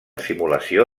simulació